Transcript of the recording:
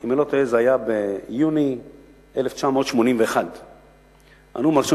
אם אני לא טועה זה היה ביוני 1981. הנאום הראשון